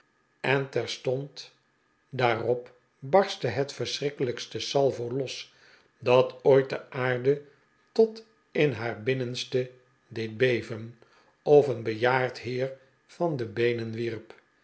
en terstond daarop barstte het verschrikkelijkste salvo los dat ooit de aarde tot in haar binnenste deed beven of een bejaard heer van de beenen wierp